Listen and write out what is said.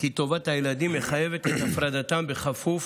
כי טובת הילדים מחייבת את הפרדתם, בכפוף